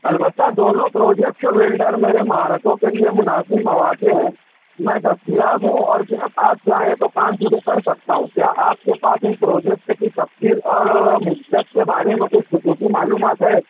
البتہ دونوں پروجیکٹس و ولڈر میں مہارتوں کے لیے مناسب مواقع ہیں میں دستیاب ہوں اور جب آپ چاہیں تو کام شروع کر سکتا ہوں کیا آپ کے پاس ان پروجیکٹ کی تفصیل اور مدت کے بارے میں کچھ خصوصی معلومات ہیں